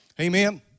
Amen